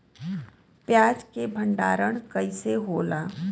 प्याज के भंडारन कइसे होला?